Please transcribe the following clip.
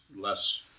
less